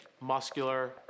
muscular